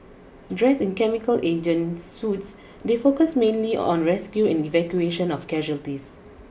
dressed in chemical agent suits they focused mainly on rescue and evacuation of casualties